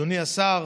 אדוני השר,